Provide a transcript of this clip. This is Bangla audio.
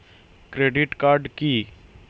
ক্রেডিট কার্ড কি?